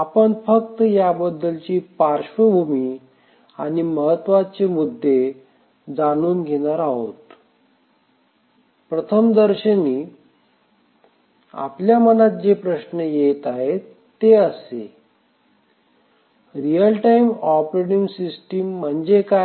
आपण फक्त याबद्दलची पार्श्वभूमी आणि महत्वाचे मुद्दे जाणून घेणार आहोत प्रथमदर्शनी आपल्या मनात जे प्रश्न येत आहेत ते असे रियल टाइम ऑपरेटिंग सिस्टिम म्हणजे काय